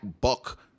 buck